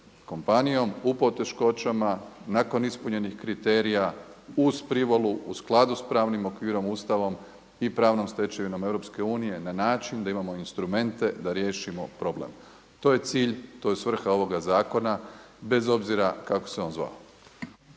kompanijom u poteškoćama, nakon ispunjenih kriterija uz privolu u skladu s pravnim okvirom, Ustavom i pravnom stečevinom EU na način da imamo instrumente da riješimo probleme. To je cilj, to je svrha ovoga zakona bez obzira kako se on zvao.